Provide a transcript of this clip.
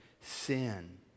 sin